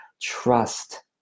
Trust